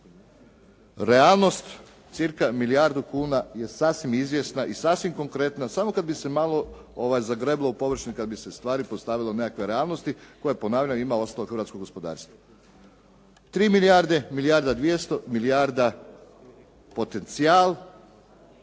realnost cirka milijardu kuna je sasvim izvjesna i sasvim konkretna samo kad bi se malo zagreblo u površinu, kad bi se stvari postavilo u nekakve realnosti koje ponavljam ima ostalo hrvatsko gospodarstvo. 3 milijarde, milijarda 200, milijarda, potencijal,